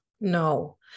no